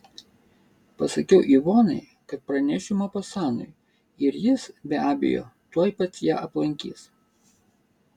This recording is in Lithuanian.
pasakiau ivonai kad pranešiu mopasanui ir jis be abejo tuoj pat ją aplankys